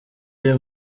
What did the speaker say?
uyu